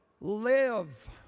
live